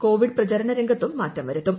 Covid പ്രചരണ രംഗത്തും മാറ്റം വരുത്തും